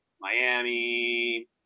Miami